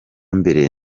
mbere